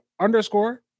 underscore